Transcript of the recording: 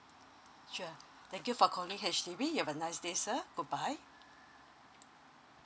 sure thank you for calling H_D_B you have a nice day sir goodbye